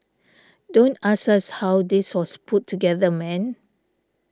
don't ask us how this was put together man